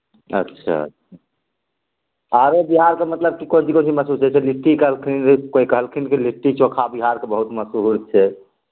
अच्छे अच्छे आरो बिहारके मतलब की कोन चीज कोन चीज मसहूर छै से लिट्टी कहलखिन कोई कहलखिन कि लिट्टी चोखा बिहारके बहुत मसहूर छै